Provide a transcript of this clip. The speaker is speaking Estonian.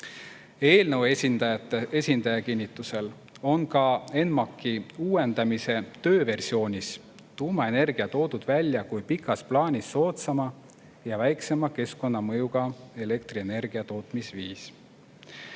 Eelnõu esindaja kinnitusel on ka ENMAK‑i uuendamise tööversioonis tuumaenergia toodud välja kui pikas plaanis soodsama ja väiksema keskkonnamõjuga elektrienergia tootmise viis.